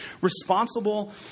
responsible